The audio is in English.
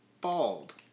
Bald